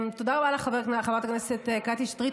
תודה רבה לך, חברת הכנסת קטי שטרית.